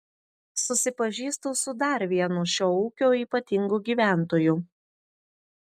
susipažįstu su dar vienu šio ūkio ypatingu gyventoju